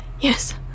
Yes